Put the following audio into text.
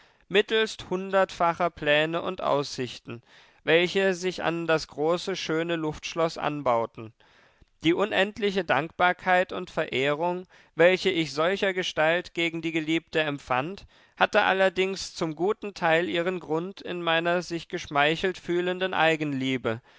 mittelst hundertfacher pläne und aussichten welche sich an das große schöne luftschloß anbaueten die unendliche dankbarkeit und verehrung welche ich solchergestalt gegen die geliebte empfand hatte allerdings zum guten teil ihren grund in meiner sich geschmeichelt fühlenden eigenliebe